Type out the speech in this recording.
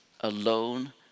alone